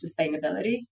sustainability